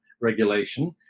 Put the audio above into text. regulation